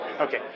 Okay